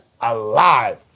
alive